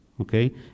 okay